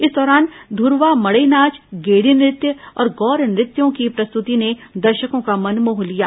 इस दौरान धूरवा मडई नाव गेड़ी नृत्य और गौर नृत्य की प्रस्तुति ने दर्शकों का मन मोह लिया